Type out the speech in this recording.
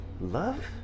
love